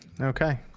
okay